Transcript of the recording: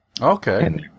Okay